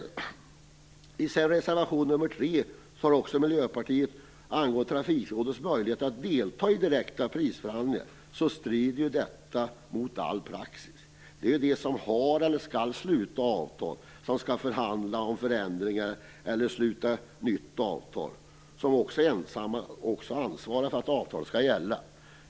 I sin reservation nr 3 tar miljöpartiet upp Trafikrådets möjligheter att delta i prisförhandlingar. Detta strider mot alla praxis. Det är ju de som har eller som skall sluta avtal, vilka skall förhandla om förändringar eller sluta nytt avtal, som ensamma har ansvar för det avtal som skall gälla.